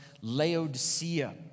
Laodicea